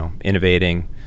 innovating